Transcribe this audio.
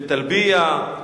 בטלביה,